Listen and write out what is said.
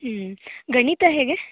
ಗಣಿತ ಹೇಗೆ